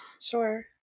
Sure